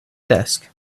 desk